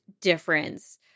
difference